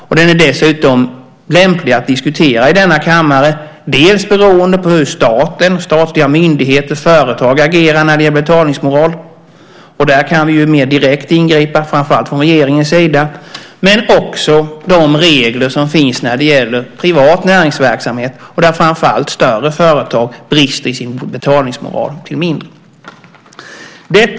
Dessutom är den lämplig att diskutera i denna kammare dels beroende på hur staten, statliga myndigheter och företag, agerar när det gäller betalningsmoral - där kan vi mer direkt ingripa, men framför allt regeringen - dels beroende på de regler som finns när det gäller privat näringsverksamhet och där framför allt större företag brister i sin betalningsmoral i förhållande till mindre företag.